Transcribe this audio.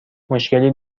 مشکلی